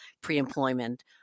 pre-employment